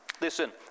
Listen